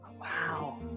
Wow